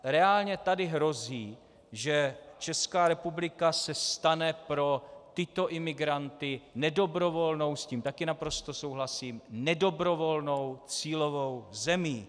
Reálně tady hrozí, že Česká republika se stane pro tyto imigranty nedobrovolnou s tím také naprosto souhlasím nedobrovolnou cílovou zemí.